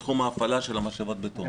בתחום ההפעלה של משאבת הבטון.